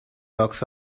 box